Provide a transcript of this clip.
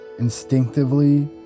Instinctively